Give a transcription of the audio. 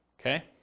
Okay